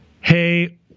hey